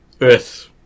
earth